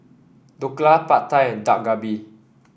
Dhokla Pad Thai and Dak Galbi